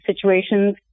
situations